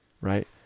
Right